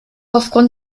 aufgrund